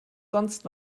sonst